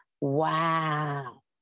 wow